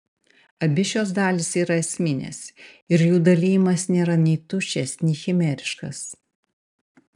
abi šios dalys yra esminės ir jų dalijimas nėra nei tuščias nei chimeriškas